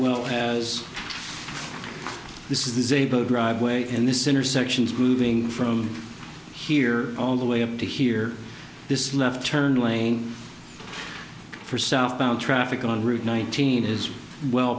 well as this is able driveway and this intersection is moving from here all the way up to here this left turn lane for southbound traffic on route nineteen is well